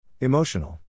Emotional